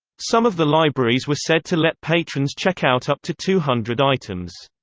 some of the libraries were said to let patrons check out up to two hundred items.